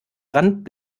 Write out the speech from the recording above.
rand